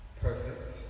perfect